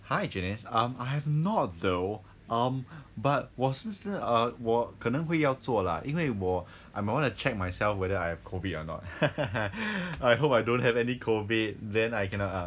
hi janice um I have not though um but 我是是 um 我可能会要做了因为我 I might want to check myself whether I have COVID or not I hope I don't have any COVID then I cannot err